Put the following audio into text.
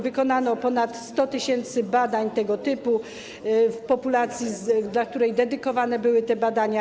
Wykonano ponad 100 tys. badań tego typu w populacji, do której kierowane były te badania.